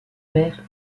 mère